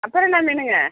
அப்புறம் என்ன மீனுங்க